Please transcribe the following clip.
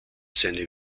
seine